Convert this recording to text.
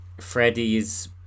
Freddie's